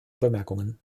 bemerkungen